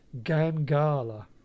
Gangala